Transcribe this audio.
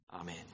Amen